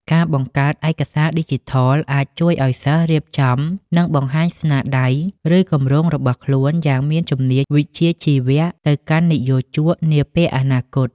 ការបង្កើត ឯកសារឌីជីថល អាចជួយឱ្យសិស្សរៀបចំ និងបង្ហាញស្នាដៃ ឬគម្រោងរបស់ខ្លួនយ៉ាងមានជំនាញវិជ្ជាជីវៈទៅកាន់និយោជកនាពេលអនាគត។